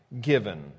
given